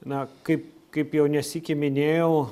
na kaip kaip jau ne sykį minėjau